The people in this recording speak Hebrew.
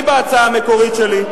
בהצעה המקורית שלי,